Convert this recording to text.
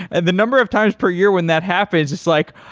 and the number of times per year when that happens, it's like,